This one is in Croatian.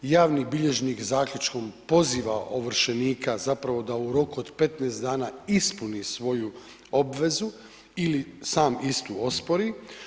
Javni bilježnik zaključkom poziva ovršenika zapravo da u roku od 15 dana ispuni svoju obvezu ili sam istu ospori.